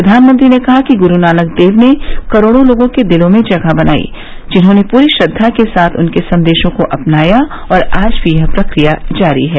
प्रधानमंत्री ने कहा कि गुरू नानक देव ने करोड़ों लोगों के दिलों में जगह बनाई जिन्होंने पूरी श्रद्वा के साथ उनके संदेशों को अपनाया और आज भी यह प्रक्रिया जारी है